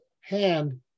hand